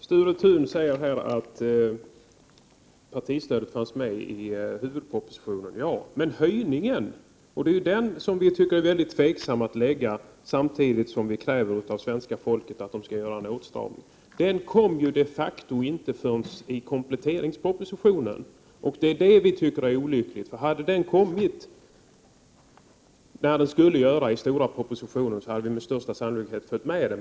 Herr talman! Sture Thun säger att partistödet fanns med i huvudpropositionen. Ja, men förslaget om höjning kom först i kompletteringspropositionen. Vi är tveksamma till att lägga fram ett sådant förslag samtidigt som man kräver en åtstramning av svenska folket. Det är detta vi tycker är olyckligt. Om förslaget om höjning hade kommit där det skulle ha gjort, i den stora propositionen, hade vi sannolikt kunnat biträda det.